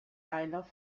einlauf